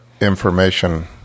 information